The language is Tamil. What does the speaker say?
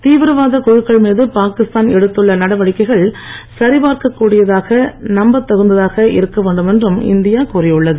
தீவிரவாத குழுக்கள் மீது பாகிஸ்தான் எடுத்துள்ள நடவடிக்கைகளை சரிபார்க்க்கூடிய நம்பத்தகுந்ததாக இருக்க வேண்டும் என்றும் இந்தியா கூறியுள்ளது